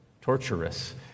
torturous